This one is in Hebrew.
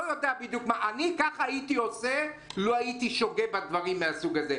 אני ככה הייתי עושה לו הייתי שוגה בדברים מהסוג הזה.